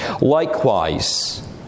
Likewise